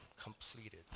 completed